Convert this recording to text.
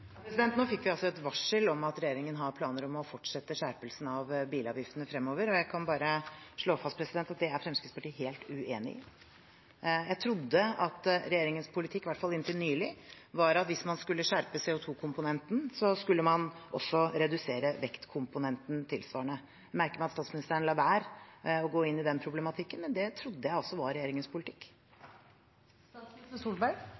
Nå fikk vi altså et varsel om at regjeringen har planer om å fortsette skjerpelsen av bilavgiftene fremover, og jeg kan bare slå fast at det er Fremskrittspartiet helt uenig i. Jeg trodde at regjeringens politikk, i hvert fall inntil nylig, var at hvis man skulle skjerpe CO 2 -komponenten, skulle man også redusere vektkomponenten tilsvarende. Jeg merker meg at statsministeren lar være å gå inn i den problematikken, men det trodde jeg altså var regjeringens